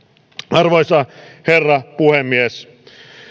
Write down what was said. arvoisa herra puhemies